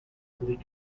bleak